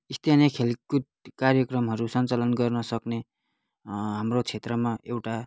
स्थानीय खेलकुद कार्यक्रमहरू सञ्चालन गर्नसक्ने हाम्रो क्षेत्रमा एउटा